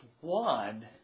one